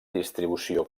distribució